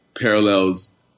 parallels